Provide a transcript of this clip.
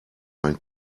mein